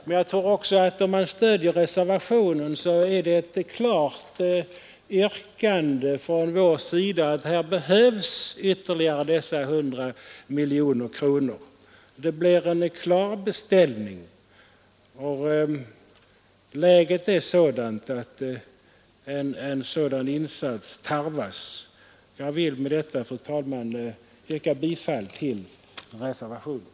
Men jag tror också att om man stödjer reservationen är det ett klart uttalande från vår sida att här behövs dessa 100 miljoner ytterligare. Det blir en beställning, och läget är sådant att en dylik insats tarvas. Jag yrkar alltså bifall till reservationen.